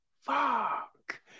fuck